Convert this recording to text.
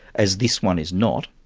as this one is not,